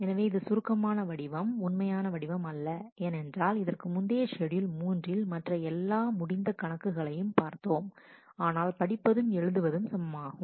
எனவே இது சுருக்கமான வடிவம் உண்மையான வடிவம் அல்ல ஏனென்றால் இதற்கு முந்தைய ஷெட்யூல் மூன்றில் மற்ற எல்லா முடிந்த கணக்குகளையும் பார்த்தோம் ஆனால் படிப்பதும் எழுதுவதும் சமமாகும்